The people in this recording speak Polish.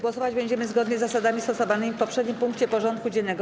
Głosować będziemy zgodnie z zasadami stosowanymi w poprzednim punkcie porządku dziennego.